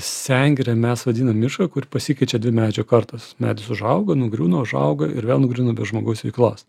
sengire mes vadinam mišką kur pasikeičia dvi medžių kartos medis užauga nugriūna užauga ir vėl nugriūnu be žmogaus veiklos